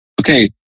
Okay